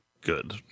good